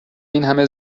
اینهمه